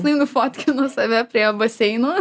jinai nufotkino save prie baseino